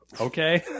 okay